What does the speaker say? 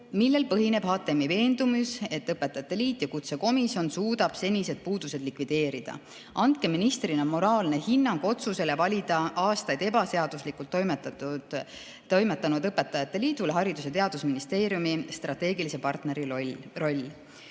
Millel põhineb HTMi veendumus, et EÕL ja kutsekomisjon suudab senised puudused likvideerida? Andke ministrina moraalne hinnang otsusele valida aastaid ebaseaduslikult toimetanud EÕL‑ile Haridus‑ ja Teadusministeeriumi strateegilise partneri roll?"